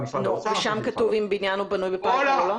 שם כתוב אם בניין בנוי בפלקל או לא?